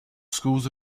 schools